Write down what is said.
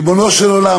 ריבונו של עולם,